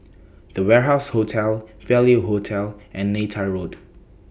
The Warehouse Hotel Value Hotel and Neythai Road